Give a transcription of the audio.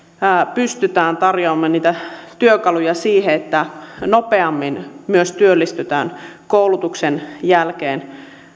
pystytään tarjoamaan niitä työkaluja siihen että nopeammin myös työllistytään koulutuksen jälkeen